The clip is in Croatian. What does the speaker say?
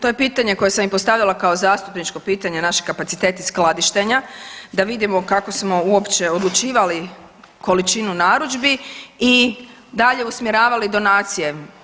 To je pitanje koje sam i postavila kao zastupničko pitanje, naši kapaciteti skladištenja da vidimo kako smo uopće odlučivali količinu narudžbi i dalje usmjeravali donacije.